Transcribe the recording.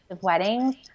weddings